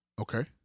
Okay